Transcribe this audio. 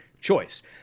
choice